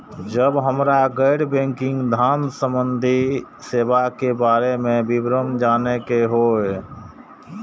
जब हमरा गैर बैंकिंग धान संबंधी सेवा के बारे में विवरण जानय के होय?